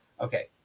Okay